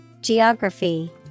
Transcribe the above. Geography